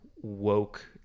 woke